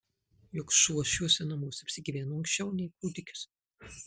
juk šuo šiuose namuose apsigyveno anksčiau nei kūdikis